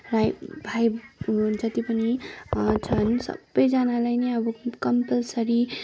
राई भाइ हुनुहुन्छ त्यो पनि छन् त्यो पनि अब सबैजनालाई नै अब कम्पलसरी